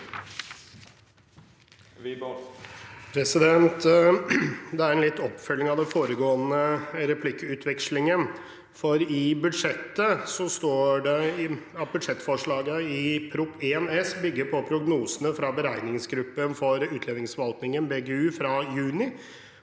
Dette er litt en oppfølging av den foregående replikkvekslingen, for i budsjettet står det at budsjettforslaget i Prop. 1 S bygger på prognosene fra Beregningsgruppen for utlendingsforvaltningen, BGU, fra juni.